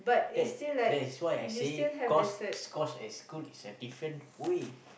then that is why I say cause scorch and school is a different way